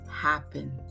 happen